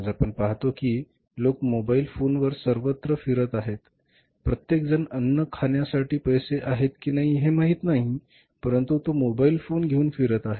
आज आपण पाहतो की लोक मोबाइल फोनवर सर्वत्र फिरत आहेत प्रत्येकजणाकडे अन्न खाण्यासाठी पैसे आहेत की नाही हे माहिती नाही परंतु तो मोबाईल फोन घेऊन फिरत आहे